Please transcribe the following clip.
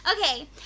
Okay